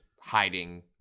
hiding